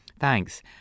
Thanks